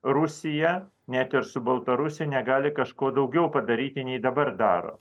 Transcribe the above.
rusija net ir su baltarusija negali kažko daugiau padaryti nei dabar daro